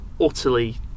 utterly